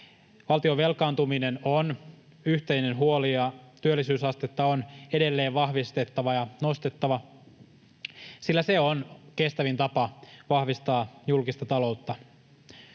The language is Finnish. Valtion velkaantuminen on yhteinen huoli, ja työllisyysastetta on edelleen vahvistettava ja nostettava, sillä se on kestävin tapa vahvistaa julkista taloutta.